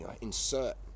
Insert